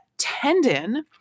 tendon